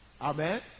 Amen